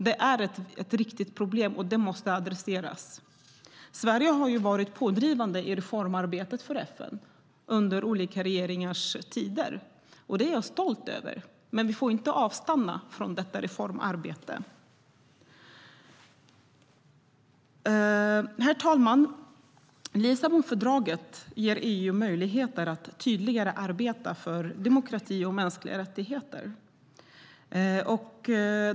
Det är ett riktigt problem, och det måste adresseras. Sverige har varit pådrivande i FN:s reformarbete under olika regeringar, och det är jag stolt över, men vi får inte låta reformarbetet avstanna. Herr talman! Lissabonfördraget ger EU möjligheter att tydligare arbeta för demokrati och mänskliga rättigheter.